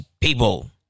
people